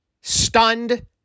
stunned